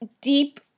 deep